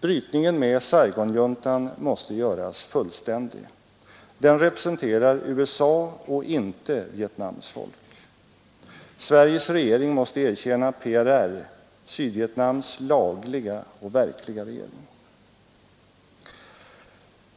Brytningen med Saigonjuntan måste göras fullständig. Den representerar USA och inte Vietnams folk. Sveriges regering måste erkänna PRR — Sydvietnams lagliga och verkliga regering.